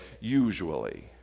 usually